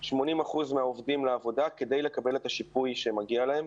80% מהעובדים לעבודה כדי לקבל את השיפוי שמגיע להם.